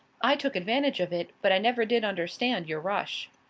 i took advantage of it, but i never did understand your rush.